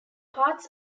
parts